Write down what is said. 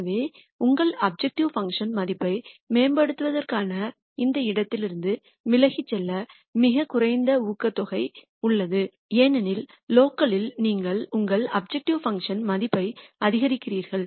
எனவே உங்கள் objective function மதிப்பை மேம்படுத்துவதற்கு இந்த இடத்திலிருந்து விலகிச் செல்ல மிகக் குறைந்த ஊக்கத்தொகை உள்ளது ஏனெனில் லோக்கலில் நீங்கள் உங்கள் அப்ஜெக்டிவ் பங்க்ஷன் மதிப்பை அதிகரிக்கிறீர்கள்